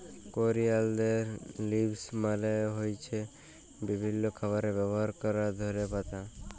করিয়ালদের লিভস মালে হ্য়চ্ছে বিভিল্য খাবারে ব্যবহার ক্যরা ধলে পাতা